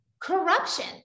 corruption